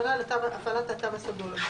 הכוונה היא להקלת התו הסגול.